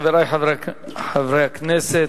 חברי חברי הכנסת,